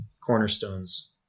cornerstones